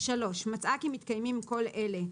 (3)מצאה כי מתקיימים כל אלה,